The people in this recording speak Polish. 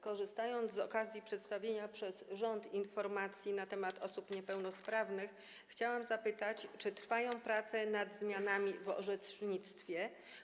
Korzystając z okazji przedstawienia przez rząd informacji na temat osób niepełnosprawnych, chciałam zapytać, czy trwają prace nad zmianami w orzecznictwie.